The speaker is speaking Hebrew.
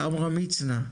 עמרם מצנע,